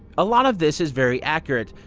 a lot of this is very accurate.